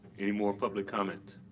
any more public comment?